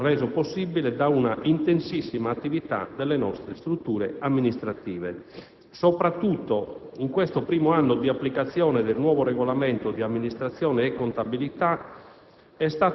reso possibile da un'intensissima attività delle nostre strutture amministrative. Soprattutto in questo primo anno di applicazione del nuovo Regolamento di amministrazione e contabilità